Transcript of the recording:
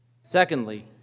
Secondly